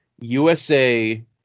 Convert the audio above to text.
USA